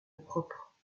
propre